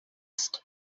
asked